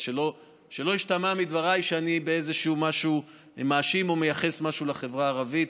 אז שלא ישתמע מדבריי שאני מאשים באיזה משהו או מייחס משהו לחברה הערבית.